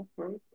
Okay